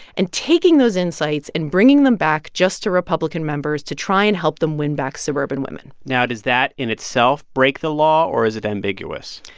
and taking those insights and bringing them back just to republican members to try and help them win back suburban women now, does that in itself break the law, or is it ambiguous?